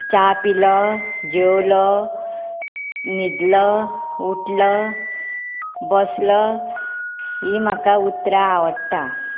च्या पिलो जेवलो न्हिदलो उटलो बसलो हीं म्हाका उतरां आवडटा